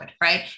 right